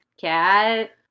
cat